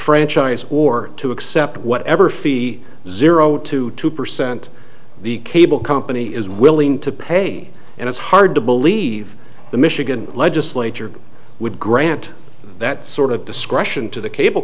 franchise or to accept whatever fee zero to two percent the cable company is willing to pay and it's hard to believe the michigan legislature would grant that sort of discretion to the cable